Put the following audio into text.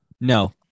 No